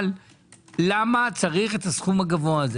אבל למה צריך את הסכום הגבוה הזה?